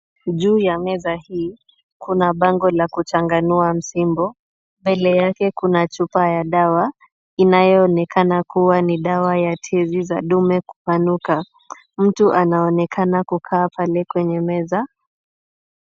Juu ya meza hii, Kuna bango ya kuchanganua msimbo. Mbele yake kuna chupa ya dawa inayoonekana kuwa ni dawa ya tizi za dume kupanuka . Mtu anaonekana kukaa pale kwenye meza.